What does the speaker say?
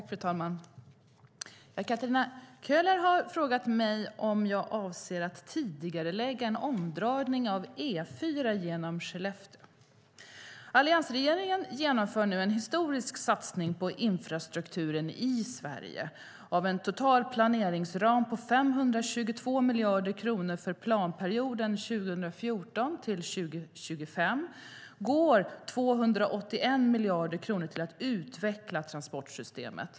Fru talman! Katarina Köhler har frågat mig om jag avser att tidigarelägga en omdragning av E4 genom Skellefteå. Alliansregeringen genomför nu en historisk satsning på infrastrukturen i Sverige. Av en total planeringsram på 522 miljarder kronor för planperioden 2014-2025 går 281 miljarder kronor till att utveckla transportsystemet.